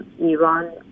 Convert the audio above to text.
Iran-